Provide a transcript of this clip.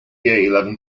eleven